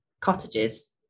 cottages